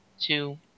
two